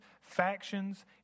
factions